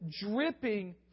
dripping